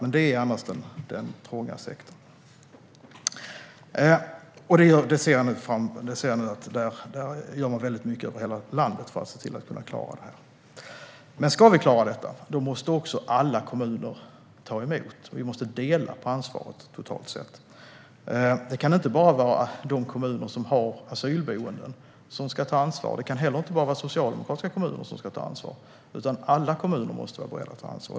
Men detta är annars den trånga sektorn. Jag ser nu att man gör väldigt mycket över hela landet för att klara det här. Men om vi ska klara det här måste alla kommuner ta emot - vi måste dela på ansvaret. Det kan inte bara vara de kommuner som har asylboenden som ska ta ansvar. Det kan heller inte bara vara socialdemokratiska kommuner som ska ta ansvar, utan alla kommuner måste vara beredda att ta ansvar.